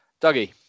Dougie